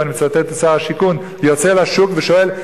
ואני מצטט את שר השיכון: יוצא לשוק ושואל: